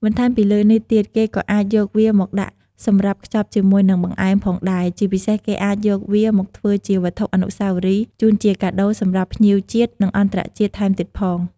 បន្ថែមពីលើនេះទៀត គេក៏អាចយកវាមកដាក់សម្រាប់ខ្ចប់ជាមួយនឹងបង្អែមផងដែរ ជាពិសេសគេអាចយកវាមកធ្វើជាវត្ថុអនុសាវរីយ៍ជូនជាការដូរសម្រាប់ភ្ញៀវជាតិ និងអន្តរជាតិថែមទៀតផង។